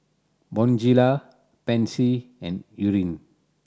Bonjela Pansy and Eucerin